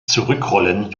zurückrollen